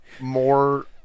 more